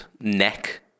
neck